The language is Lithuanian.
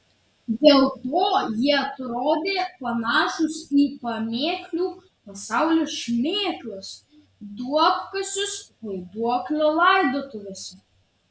dėl to jie atrodė panašūs į pamėklių pasaulio šmėklas duobkasius vaiduoklio laidotuvėse